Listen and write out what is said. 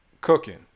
cooking